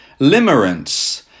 Limerence